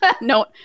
No